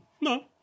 No